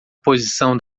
posição